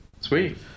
sweet